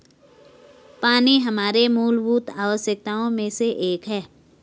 पानी हमारे मूलभूत आवश्यकताओं में से एक है